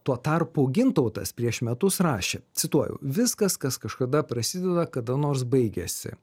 tuo tarpu gintautas prieš metus rašė cituoju viskas kas kažkada prasideda kada nors baigiasi